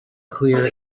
clear